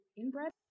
inbred